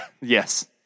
Yes